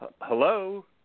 Hello